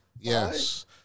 Yes